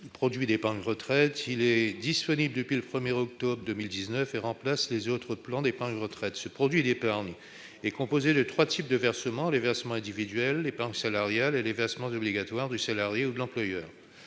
produit. Il est disponible depuis le 1 octobre 2019 et remplace les autres plans d'épargne retraite. Ce produit d'épargne est composé de trois types de versements : les versements individuels, l'épargne salariale et les versements obligatoires du salarié ou de l'employeur.